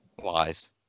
Wise